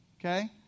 okay